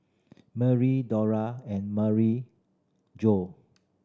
Merri Dora and Maryjo